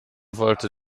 wollte